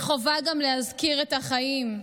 וחובה גם להזכיר את החיים.